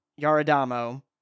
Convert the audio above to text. Yaradamo